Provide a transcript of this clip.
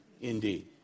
Indeed